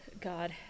God